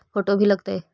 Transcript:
Photo भी लग तै?